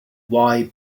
why